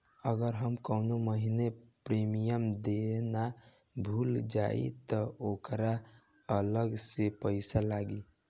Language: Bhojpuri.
अगर हम कौने महीने प्रीमियम देना भूल जाई त ओकर अलग से पईसा लागी?